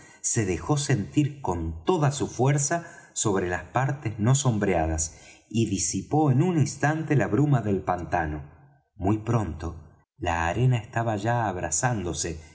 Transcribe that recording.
se dejó sentir con toda su fuerza sobre las partes no sombreadas y disipó en un instante la bruma del pantano muy pronto la arena estaba ya abrasándose